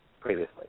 previously